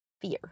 fear